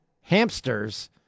hamsters